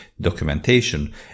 documentation